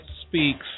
speaks